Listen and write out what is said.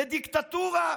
לדיקטטורה,